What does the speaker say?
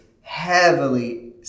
heavily